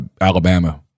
Alabama